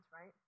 right